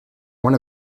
one